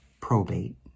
probate